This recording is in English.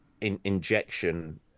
injection